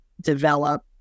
develop